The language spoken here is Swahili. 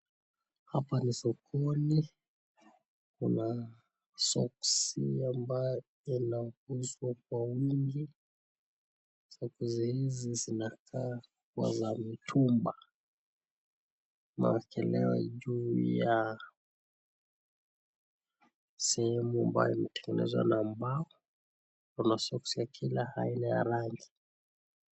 Hapa ni sokoni. Kuna soksi ambayo inauzwa kwa wingi. Soksi hizi zinakaa kuwa za mitumba. Mewekelewa juu ya sehemu ambayo imetengenezwa na mbao. Kuna soksi ya kila aina ya rangi.